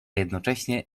jednocześnie